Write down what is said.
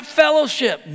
fellowship